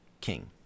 king